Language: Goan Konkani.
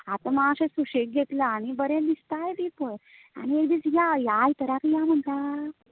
आतां मात्शे सुशेक घेतला आनी बरें दिसताय बी पळय आनी एक दीस या ह्या आयतारा या म्हणटां